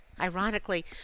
Ironically